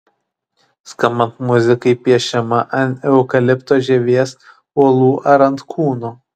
skambant muzikai piešiama ant eukalipto žievės uolų ar ant kūno